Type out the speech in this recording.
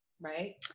Right